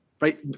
right